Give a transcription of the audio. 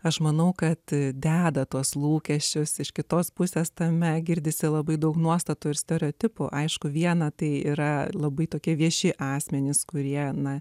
aš manau kad deda tuos lūkesčius iš kitos pusės tame girdisi labai daug nuostatų ir stereotipų aišku viena tai yra labai tokie vieši asmenys kurie na